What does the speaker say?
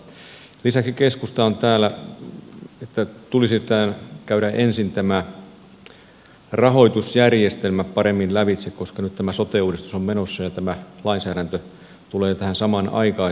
lisäksi keskusta on täällä esittänyt että tulisi käydä ensin tämä rahoitusjärjestelmä paremmin lävitse koska nyt tämä sote uudistus on menossa ja tämä lainsäädäntö tulee tähän samanaikaisesti